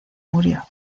murió